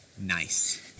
nice